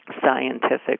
scientific